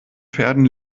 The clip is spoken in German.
pferden